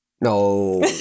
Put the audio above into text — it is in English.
No